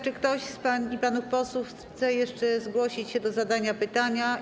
Czy ktoś z pań i panów posłów chce jeszcze zgłosić się do zadania pytania?